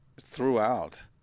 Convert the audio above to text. throughout